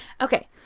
Okay